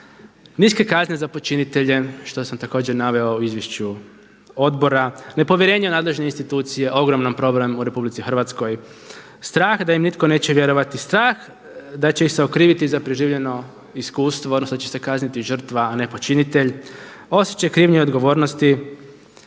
niske kazne za počinitelje, što sam također naveo u izvješću odbora, nepovjerenje u nadležne institucije, ogromnom problemu u RH, strah da im nitko neće vjerovati, strah da će ih se okriviti za preživljeno iskustvo odnosno da će se kazniti žrtva, a ne počinitelj, osjećaj krivnje i odgovornosti